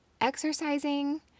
exercising